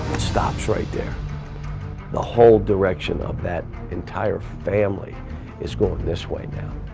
stops right there the whole direction of that entire family is going this way now